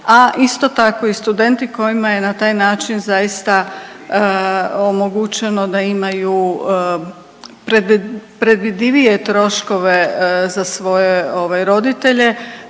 a isto tako i studenti kojima je na taj način zaista omogućeno da imaju predvidivije troškove za svoje roditelje